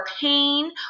pain